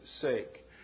sake